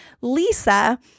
Lisa